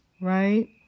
Right